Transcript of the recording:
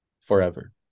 forever